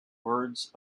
words